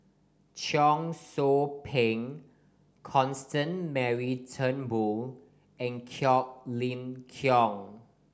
Cheong Soo Pieng Constance Mary Turnbull and Quek Ling Kiong